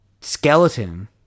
skeleton